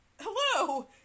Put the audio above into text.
hello